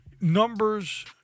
numbers